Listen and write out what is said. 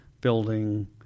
building